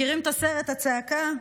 מכירים את הסרט "הצעקה"?